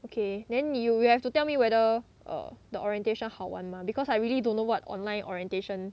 okay then 你 you will have to tell me whether err the orientation 好玩吗 because I really don't know what online orientation